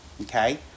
okay